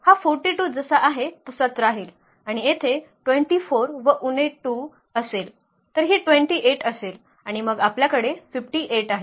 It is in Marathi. हा 42 जसा आहे तसाच राहील आणि येथे 24 व उणे २ असेल तर ही 28 असेल आणि मग आपल्याकडे 58 आहेत